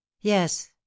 yes